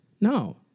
No